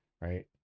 right